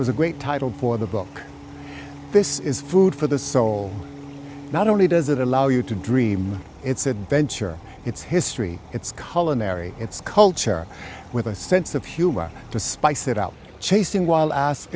it was a great title for the book this is food for the soul not only does it allow you to dream it's adventure its history its color marry its culture with a sense of humor to spice it out chasing while